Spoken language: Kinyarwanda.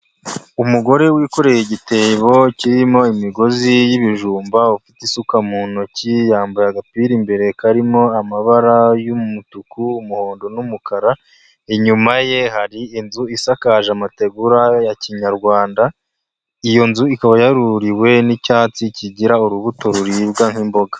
Umugore wikoreye igitebo kirimo imigozi y'ibijumba ufite isuka mu ntoki yambaye agapira imbere karimo amabara y'umutuku, umuhondo n'umukara, inyuma ye hari inzu isakaje amategura ya kinyarwanda, iyo nzu ikaba yaruriwe n'icyatsi kigira urubuto ruribwa nk'imboga.